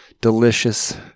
delicious